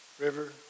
River